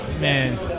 man